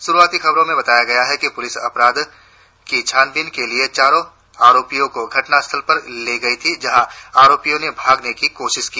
शुरुआती खबरों में बताया गया है कि पुलिस अपराध की छानबीन के लिए चारों आरोपियों को घटनास्थल पर ले गई थी जहां आरोपियों ने भागने की कोशिश की